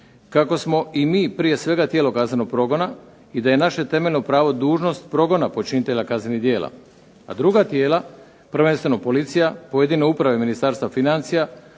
kako smo i mi prije svega tijelo kaznenog progona i da je naše temeljno pravo dužnost progona počinitelja kaznenih djela. A druga tijela, prvenstveno policija, pojedine uprave Ministarstva financija,